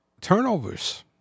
turnovers